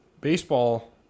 baseball